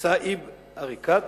סאיב עריקאת.